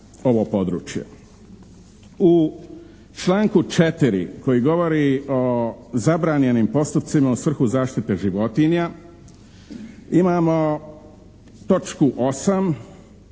U članku 4. koji govori o zabranjenim postupcima u svrhu zaštite životinja imamo točku 8.